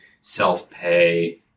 self-pay